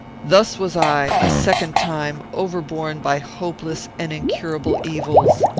thus was i, a second time, overborne by hopeless and incurable evils.